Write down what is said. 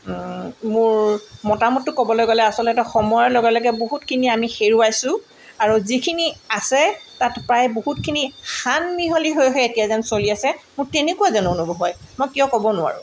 মোৰ মতামততো ক'বলৈ গ'লে আচলতে সময়ৰ লগে লগে বহুতখিনি আমি হেৰুৱাইছোঁ আৰু যিখিনি আছে তাত প্ৰায় বহুতখিনি সান মিহলি হৈ হৈ এতিয়া যেন চলি আছে মোৰ তেনেকুৱা যেন অনুভৱ হয় মই কিয় ক'ব নোৱাৰোঁ